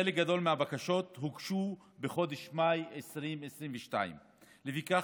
חלק גדול מהבקשות הוגש בחודש מאי 2020. לפיכך,